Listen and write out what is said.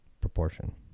proportion